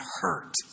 hurt